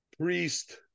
priest